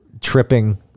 Tripping